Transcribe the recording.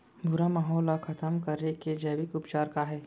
भूरा माहो ला खतम करे के जैविक उपचार का हे?